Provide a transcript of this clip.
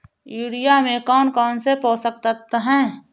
Urea में कौन कौन से पोषक तत्व है?